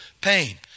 pain